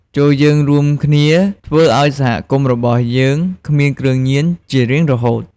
ចូរយើងរួមគ្នាធ្វើឱ្យសហគមន៍របស់យើងគ្មានគ្រឿងញៀន ជារៀងរហូត។